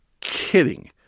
kidding